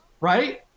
right